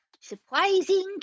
Surprising